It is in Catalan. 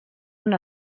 una